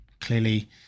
clearly